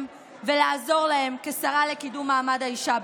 ולעזור להן כשרה לקידום מעמד האישה,